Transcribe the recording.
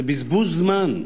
זה בזבוז זמן.